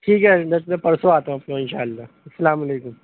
ٹھیک ہے میں پرسوں آتا ہوں اپنے انشا اللہ السلام علیکم